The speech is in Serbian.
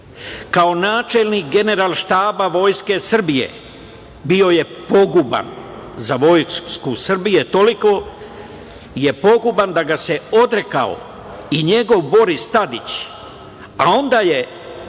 Kao načelnik Generalštaba Vojske Srbije bio je poguban za Vojsku Srbije, toliko je poguban da ga se odrekao i njegov Boris Tadić, a onda ga